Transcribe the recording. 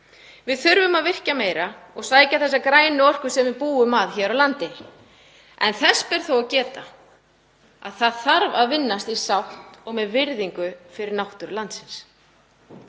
Við þurfum að virkja meira og sækja þessa grænu orku sem við búum að hér á landi. Þess ber þó að geta að það þarf að vinnast í sátt og með virðingu fyrir náttúru landsins.